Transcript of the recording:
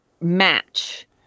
match